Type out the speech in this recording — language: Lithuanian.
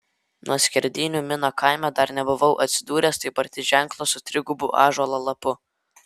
nuo skerdynių mino kaime dar nebuvau atsidūręs taip arti ženklo su trigubu ąžuolo lapu